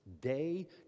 day